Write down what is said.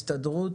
ההסתדרות,